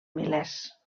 milers